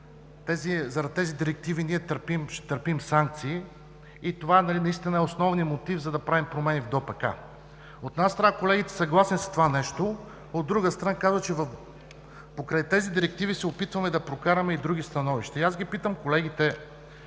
за които директиви търпим и ще търпим санкции. Това наистина е основният ни мотив да правим промени в ДОПК. От една страна, колегите са съгласни с това нещо, а от друга страна, казват, че покрай тези директиви се опитваме да прокарваме и други становища. Питам колегите